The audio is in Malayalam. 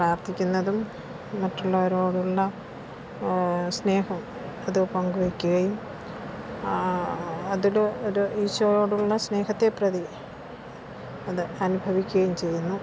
പ്രാർത്ഥിക്കുന്നതും മറ്റുള്ളവരോടുള്ള സ്നേഹം അത് പങ്ക് വയ്ക്കുകയും അതില് ഒരു ഈശോയോടുള്ള സ്നേഹത്തെ പ്രതി അത് അനുഭവിക്കുകയും ചെയ്യുന്നു